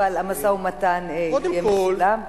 אבל המשא-ומתן יהיה מצולם?